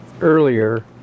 earlier